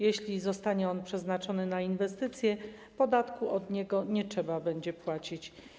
Jeśli zostanie on przeznaczony na inwestycje, podatku od niego nie trzeba będzie płacić.